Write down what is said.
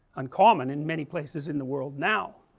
uncommon in many places in the world now